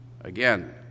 again